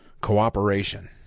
cooperation